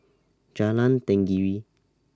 Jalan Tenggiri